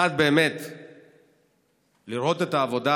האחת לראות את העבודה